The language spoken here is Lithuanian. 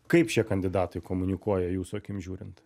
kaip šie kandidatai komunikuoja jūsų akim žiūrint